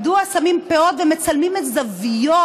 מדוע שמים פאות ומצלמים בזוויות,